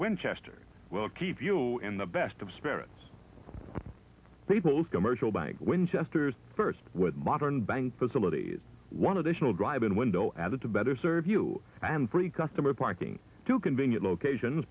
winchester will keep you in the best of spirits people's commercial bank winchesters first with modern bank facilities one additional drive in window added to better serve you and three customer parking two convenient locations